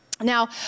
Now